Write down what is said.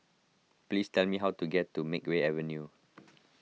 please tell me how to get to Makeway Avenue